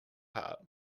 part